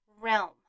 realm